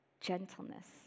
gentleness